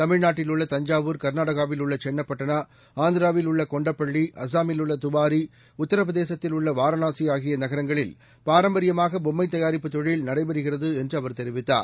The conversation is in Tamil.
தமிழ்நாட்டில்உள்ளதஞ்சாவூர் கர்நாடகாவில்உள்ளசென்னப்பட்டனா ஆந்திராவில்உள்ளகொண்டப்பள்ளி அசாமில்உள்ளதுபாரி உத்தரப்பிரதேசத்தில்உள்ளவாரணாசிஆகியநகரங்களி ல் பாரம்பரியமாகபொம்மைதயாரிப்புதொழில்நடைபெறு கிறதுஎன்றுஅவர்தெரிவித்தார்